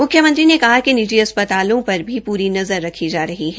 मुख्यमंत्री ने कहा कि निजी अस्पतालों पर भी पूरी नजर रखी जा रही है